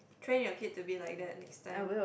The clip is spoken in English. train your kid to be like that next time